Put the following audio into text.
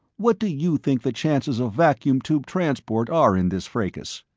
what do you think the chances of vacuum tube transport are in this fracas?